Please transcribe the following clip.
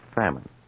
famine